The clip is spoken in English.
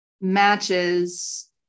matches